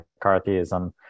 McCarthyism